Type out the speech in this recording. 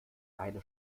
eine